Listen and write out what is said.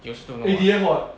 you also don't know [what]